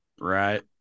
Right